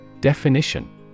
Definition